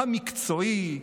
המקצועי,